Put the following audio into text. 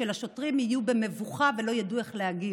שהשוטרים יהיו במבוכה ולא ידעו איך להגיב.